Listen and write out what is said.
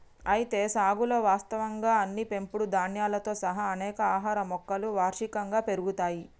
అయితే సాగులో వాస్తవంగా అన్ని పెంపుడు ధాన్యాలతో సహా అనేక ఆహార మొక్కలు వార్షికంగా పెరుగుతాయి